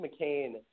McCain